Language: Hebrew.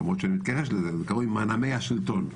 למרות שאני מתכחש לזה, מנעמי השלטון.